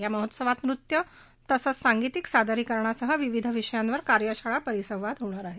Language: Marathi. या महोत्सवात नृत्य तसंच सांगितिक सादरीकरणांसह विविध विषयांवर कार्यशाळा परिसंवाद होणार आहेत